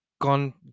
Gone